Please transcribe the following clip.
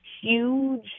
huge